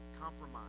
compromise